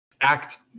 Act